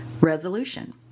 Resolution